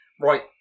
Right